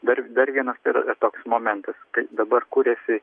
dar dar vienas tai yra toks momentas kai dabar kuriasi